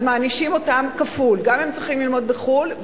אז מענישים אותם כפול: גם הם צריכים ללמוד בחו"ל,